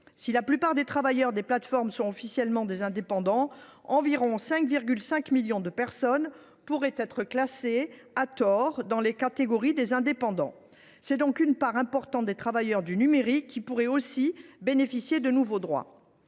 Si la plupart des travailleurs des plateformes sont officiellement des indépendants, environ 5,5 millions de personnes pourraient être classées à tort dans cette catégorie. C’est donc une part importante des travailleurs du numérique qui pourraient ainsi bénéficier de nouveaux droits.